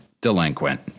delinquent